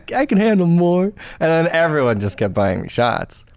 i can handle more and then everyone just kept buying me shots.